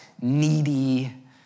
needy